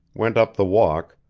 went up the walk,